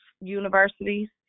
universities